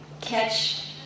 catch